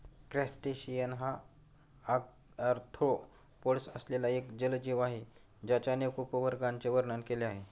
crustacean हा arthropods असलेला एक जलजीव आहे ज्याच्या अनेक उपवर्गांचे वर्णन केले आहे